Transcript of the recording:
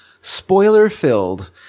spoiler-filled